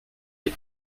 les